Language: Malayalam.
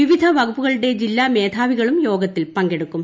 വിവിധ വകുപ്പുകളുടെ ജില്ലാ മേധാവികളും യോഗത്തിൽ പ്പെടുക്കും